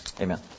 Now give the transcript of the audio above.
Amen